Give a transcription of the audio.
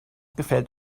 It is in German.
gefällt